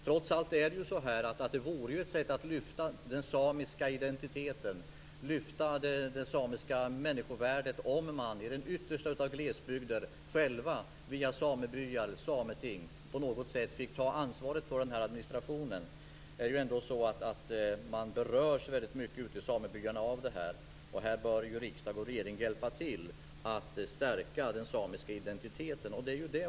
Trots allt vore det ett sätt att lyfta den samiska identiteten och människovärdet om man i den yttersta av glesbygder själv via samebyar och sameting på något sätt fick ta ansvaret för administrationen av detta. Man berörs i hög grad ute i samebyarna av detta, och riksdag och regering bör hjälpa till att stärka den samiska identiteten.